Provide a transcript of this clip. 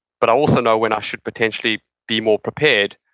but i also know when i should potentially be more prepared,